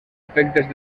efectes